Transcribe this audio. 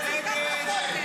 הר הבית בידינו.